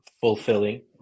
fulfilling